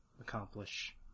accomplish